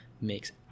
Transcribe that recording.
makes